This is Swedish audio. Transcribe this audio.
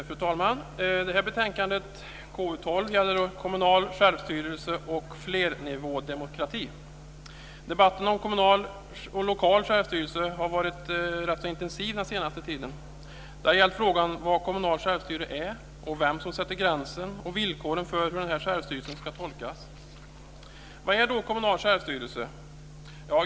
Fru talman! Detta betänkande, KU12, gäller kommunal självstyrelse och flernivådemokrati. Debatten om kommunal och lokal självstyrelse har varit intensiv den senaste tiden. Det har gällt frågan om vad kommunal självstyrelse är, om vem som sätter gränsen och om villkoren för hur denna självstyrelse ska tolkas. Vad är då kommunal självstyrelse?